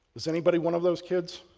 is anybody one of those kids?